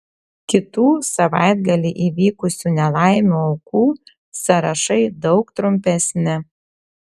kitų savaitgalį įvykusių nelaimių aukų sąrašai daug trumpesni